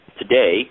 today